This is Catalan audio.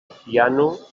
piano